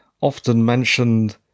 often-mentioned